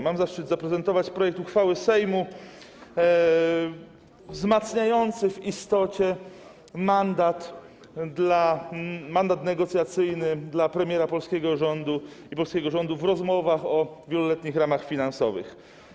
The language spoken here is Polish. Mam zaszczyt zaprezentować projekt uchwały Sejmu w istocie wzmacniający mandat negocjacyjny dla premiera polskiego rządu i polskiego rządu w rozmowach o Wieloletnich Ramach Finansowych.